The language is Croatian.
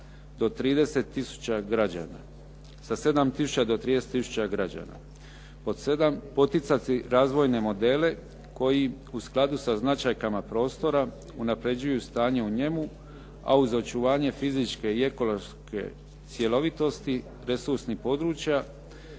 do 30 tisuća građana. Pod 7. poticati razvojne modele koji u skladu sa značajkama prostora unapređuju stanje u njemu a uz očuvanje fizičke i ekološke cjelovitosti resursnih područja.